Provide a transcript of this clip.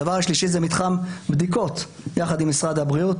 הדבר השלישי זה מתחם בדיקות יחד עם משרד הבריאות,